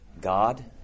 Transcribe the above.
God